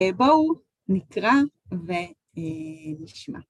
בואו נקרא ונשמע.